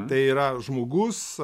tai yra žmogus